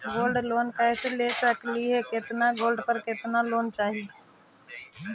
Gold loan कैसे ले सकली हे, कितना गोल्ड पर कितना लोन चाही?